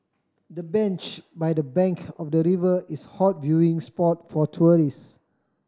the bench by the bank of the river is hot viewing spot for tourist